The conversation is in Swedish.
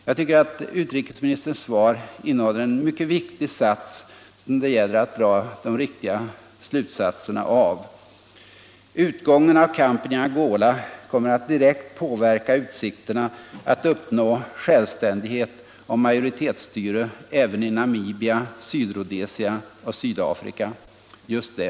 Jag tycker att utrikesministerns svar innehåller en mycket viktig sats, som det gäller att dra de riktiga slutsatserna av: ”Utgången av kampen i Angola kommer att direkt påverka utsikterna att uppnå självständighet och majoritetsstyre även i Namibia, Sydrhodesia och Sydafrika.” Just det!